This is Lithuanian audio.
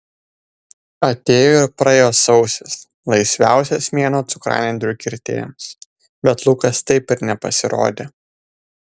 atėjo ir praėjo sausis laisviausias mėnuo cukranendrių kirtėjams bet lukas taip ir nepasirodė